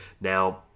Now